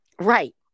Right